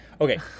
Okay